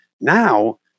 Now